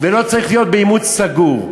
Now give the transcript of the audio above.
ולא צריך להיות באימוץ סגור.